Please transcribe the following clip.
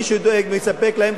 מי שדואג ומספק להם,